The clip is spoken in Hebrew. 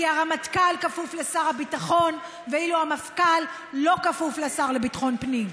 כי הרמטכ"ל כפוף לשר הביטחון ואילו המפכ"ל לא כפוף לשר לביטחון פנים,